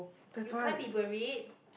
you can't be buried